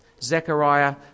Zechariah